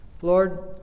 Lord